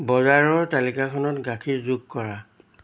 বজাৰৰ তালিকাখনত গাখীৰ যোগ কৰা